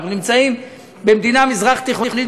אנחנו נמצאים במדינה מזרח-תיכונית,